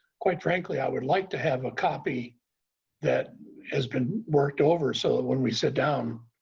quite frankly, i would like to have a copy that has been worked over, so that when we sit down,